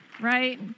right